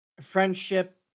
friendship